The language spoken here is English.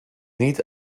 need